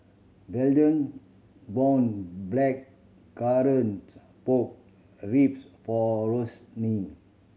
Verdell bought Blackcurrant Pork Ribs for Roseanne